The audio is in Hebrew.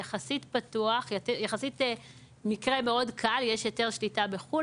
שהוא מקרה יחסית מאוד קל; יש היתר שליטה בחו"ל,